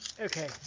Okay